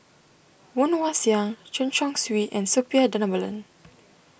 Woon Wah Siang Chen Chong Swee and Suppiah Dhanabalan